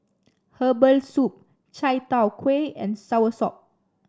Herbal Soup Chai Tow Kway and Soursop